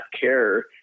care